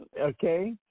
Okay